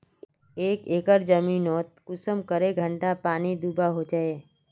एक एकर जमीन नोत कुंसम करे घंटा पानी दुबा होचए?